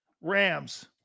Rams